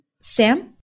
Sam